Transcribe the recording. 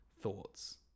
thoughts